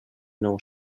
nou